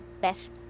best